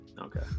Okay